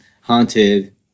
haunted